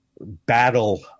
battle